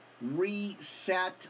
reset